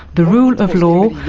the rule of law,